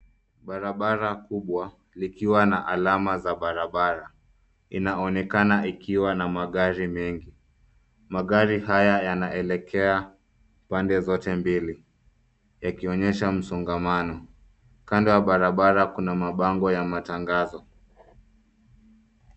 Barabara kubwa likiwa na alama za barabara, inaonekana ikiwa na magari mengi. Magari haya yanaelekea pande zote mbili yakionyesha msongamano. Kando ya barabara kuna mabango ya matangazo.